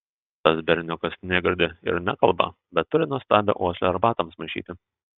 tas berniukas negirdi ir nekalba bet turi nuostabią uoslę arbatoms maišyti